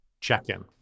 check-in